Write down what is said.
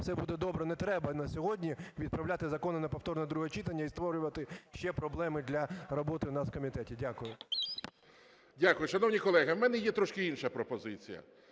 Все буде добре, не треба на сьогодні відправляти закони на повторне друге читання і створювати ще проблеми для роботи у нас в комітеті. Дякую. ГОЛОВУЮЧИЙ. Дякую. Шановні колеги, в мене є трошки інша пропозиція.